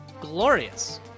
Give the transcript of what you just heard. glorious